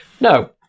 No